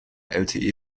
lte